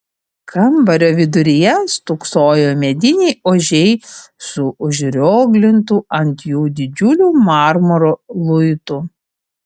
kambario viduryje stūksojo mediniai ožiai su užrioglintu ant jų didžiuliu marmuro luitu